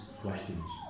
questions